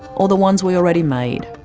or the ones we already made?